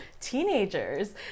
teenagers